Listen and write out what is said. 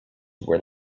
were